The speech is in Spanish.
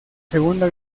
segunda